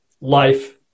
life